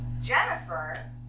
Jennifer